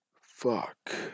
Fuck